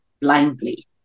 blindly